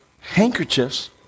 handkerchiefs